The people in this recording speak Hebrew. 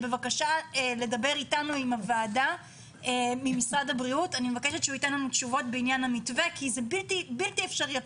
שידבר עם הוועדה וייתן תשובות בעניין המתווה כי זה בלתי אפשרי.